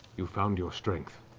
you've found your strength.